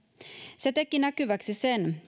se teki näkyväksi sen